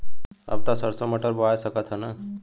अब त सरसो मटर बोआय सकत ह न?